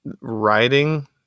writing